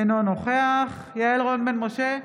אינו נוכח יעל רון בן משה,